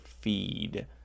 feed